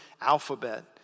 alphabet